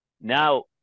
now